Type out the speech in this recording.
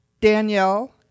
Danielle